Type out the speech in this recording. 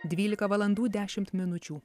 dvylika valandų dešimt minučių